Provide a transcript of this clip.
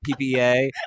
PPA